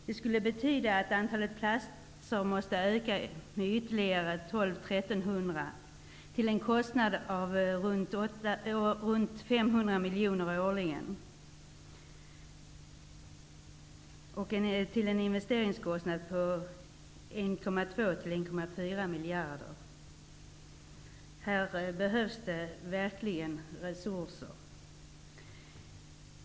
Det betyder att antalet platser måste öka med ytterligare 1 200--1 300 till en kostnad av ca 500 miljoner kronor årligen. Investeringskostnaden skulle uppgå till 1,2--1,4 miljarder. Här behövs det verkligen resurser.